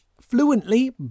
fluently